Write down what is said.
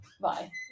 Bye